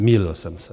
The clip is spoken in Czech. Zmýlil jsem se.